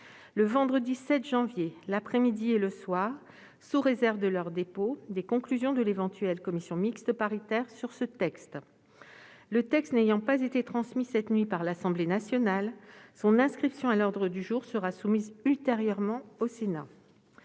le vendredi 7 janvier, l'après-midi et le soir, sous réserve de leur dépôt, des conclusions de l'éventuelle commission mixte paritaire sur ce texte. Le texte n'ayant pas été transmis cette nuit par l'Assemblée nationale, son inscription à l'ordre du jour sera soumise ultérieurement au Sénat.